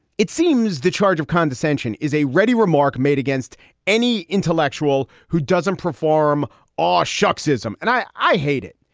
it seems the charge of condescension is a ready remark made against any intellectual who doesn't perform aw shucks ism. and i i hate it.